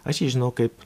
aš jį žinau kaip